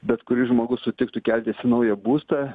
bet kuris žmogus sutiktų keltis į naują būstą